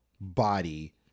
body